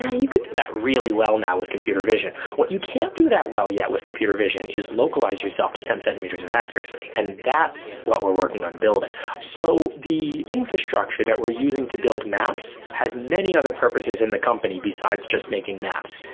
you could do that really well now with computer vision. what you can't do that well yet with computer vision is localize yourself to ten centimeters of accuracy, and that's what we're working on building so the infrastructure that we're using to build maps has many other purposes in the company besides just making maps.